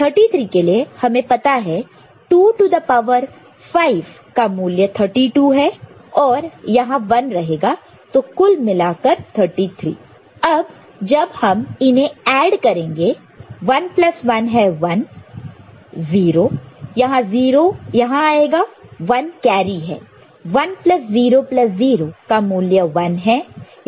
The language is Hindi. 33 के लिए हमें पता है 2 टू द पावर 5 का मूल्य 32 है और और यहां रहेगा 1 तो कुल मिलाकर 33 अब जब हम इन्हें ऐड करेंगे 11 है 1 0 यह 0 यहां आएगा 1 कैरी है 100 का मूल्य 1 है